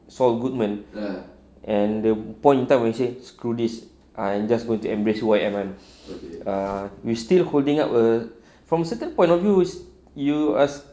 saul goodman and the point in time when say screw this I just want to embrace who I am kan uh we still holding up a from certain point of views you ask